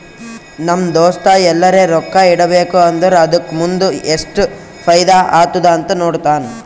ನಮ್ ದೋಸ್ತ ಎಲ್ಲರೆ ರೊಕ್ಕಾ ಇಡಬೇಕ ಅಂದುರ್ ಅದುಕ್ಕ ಮುಂದ್ ಎಸ್ಟ್ ಫೈದಾ ಆತ್ತುದ ನೋಡ್ತಾನ್